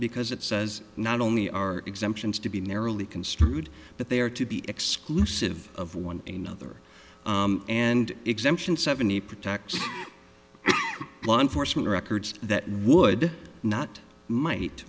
because it says not only are exemptions to be narrowly construed but they are to be exclusive of one another and exemptions seventy protection law enforcement records that would not might